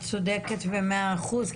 את צודקת במאה אחוז,